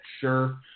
Sure